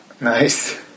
Nice